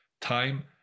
time